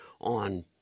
on